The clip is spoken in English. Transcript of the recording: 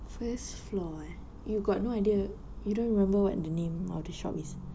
first floor eh you got no idea you don't remember what the name of the shop is